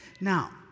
Now